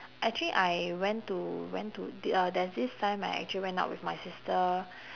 actually I went to went to t~ uh there's this time I actually went out with my sister